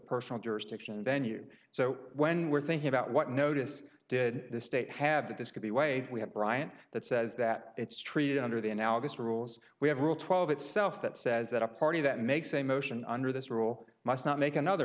personal jurisdiction venue so when we're thinking about what notice did the state have that this could be waived we have bryant that says that it's treated under the analogous rules we have rule twelve itself that says that a party that makes a motion under this rule must not make another